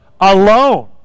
Alone